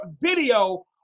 video